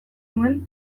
nuen